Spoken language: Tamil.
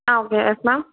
ஆ அப்படியா எஸ் மேம்